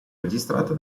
registrata